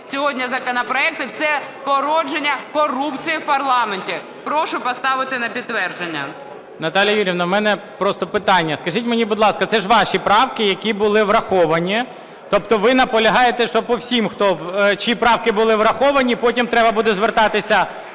сьогодні законопроекти – це породження корупції в парламенті. Прошу поставити на підтвердження. ГОЛОВУЮЧИЙ. Наталія Юріївна, в мене просто питання. Скажіть мені, будь ласка, це ж ваші правки, які були враховані. Тобто ви наполягаєте, щоб по всіх, чиї правки були враховані, потім треба буде звертатися